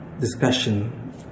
discussion